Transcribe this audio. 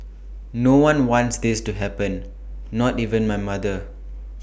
no one wants this to happen not even my mother